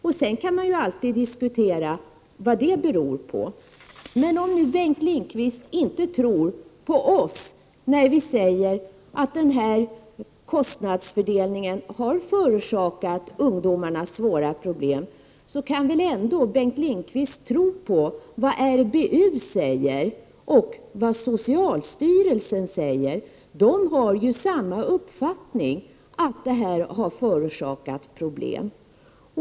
Man kan alltid diskutera vad det beror på. Men om Bengt Lindqvist inte tror på oss när vi säger att den här kostnadsfördelningen har förorsakat ungdomarna svåra problem, kan väl Bengt Lindqvist tro på vad RBU säger och vad socialstyrelsen säger. De har samma uppfattning, nämligen att kostnadsfördelningen har förorsakat problem.